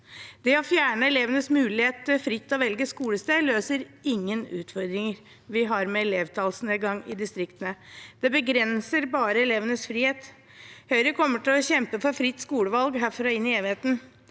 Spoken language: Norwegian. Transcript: Det å fjerne elevenes mulighet til fritt å velge skolested løser ikke de utfordringene vi har med elevtallsnedgang i distriktene. Det begrenser bare elevenes frihet. Høyre kommer til å kjempe for fritt skolevalg herfra og inn i evigheten.